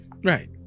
Right